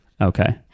Okay